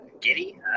giddy